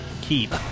keep